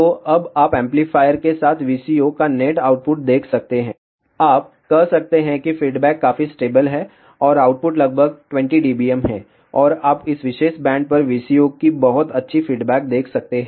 तो अब आप एम्पलीफायर के साथ VCO का नेट आउटपुट देख सकते हैं आप कह सकते हैं कि फीडबैक काफी स्टेबल है और आउटपुट लगभग 20 dBm है और आप इस विशेष बैंड पर VCO की बहुत अच्छी फीडबैक देख सकते हैं